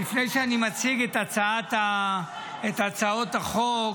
לפני שאני מציג את הצעות החוק,